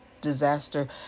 disaster